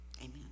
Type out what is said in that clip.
amen